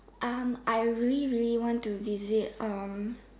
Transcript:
um I really really want to visit um